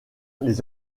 les